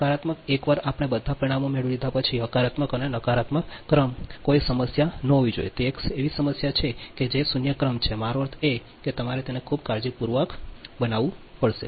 સકારાત્મક એકવાર આપણે બધા પરિમાણો મેળવી લીધા પછી હકારાત્મક અને નકારાત્મક ક્રમ કોઈ સમસ્યા ન હોવી તે એક સમસ્યા છે તે શૂન્ય ક્રમ છે મારો અર્થ છે કે તમારે તેને ખૂબ કાળજીપૂર્વક બનાવવું પડશે